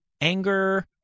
anger